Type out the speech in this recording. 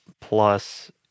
plus